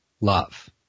love